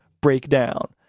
breakdown